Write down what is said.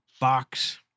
box